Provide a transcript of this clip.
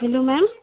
hello ma'am